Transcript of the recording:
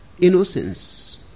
innocence